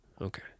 okay